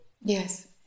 Yes